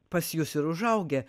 pas jus ir užaugę